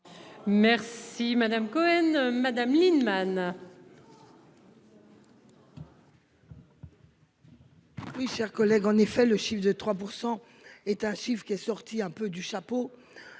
Merci madame Cohen Madame Lienemann.